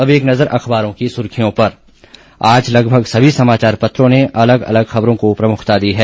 अब एक नज़र अखबारों की सुर्खियों पर आज लगभग सभी समाचार पत्रों ने अलग अलग खबरों को प्रमुखता दी है